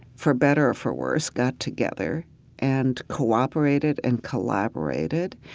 for better or for worse got together and cooperated and collaborated.